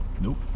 Nope